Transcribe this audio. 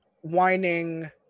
whining